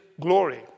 glory